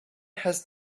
has